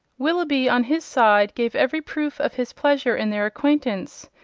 willoughby, on his side, gave every proof of his pleasure in their acquaintance,